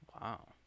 Wow